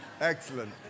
excellent